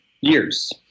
years